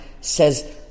says